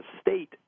state